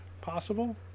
possible